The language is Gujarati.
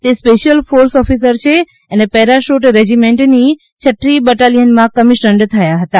તે સ્પેશિયલ ફોર્સ ઓફિસર છે અને પેરાશૂટ રેજિમેન્ટની છઠ્ઠી બટાલિયનમાં કમિશન્ડ થયાં હતાં